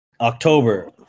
October